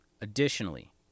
Additionally